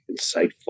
insightful